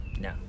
No